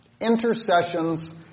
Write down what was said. intercessions